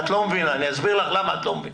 את לא מבינה ואני אסביר לך למה את לא מבינה.